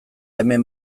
hemen